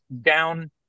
down